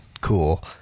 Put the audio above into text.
cool